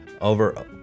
over